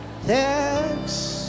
Thanks